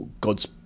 God's